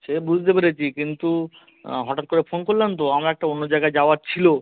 সে বুঝতে পেরেছি কিন্তু হঠাৎ করে ফোন করলেন তো আমার একটা অন্য জায়গায় যাওয়ার ছিলো